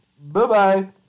Bye-bye